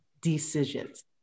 decisions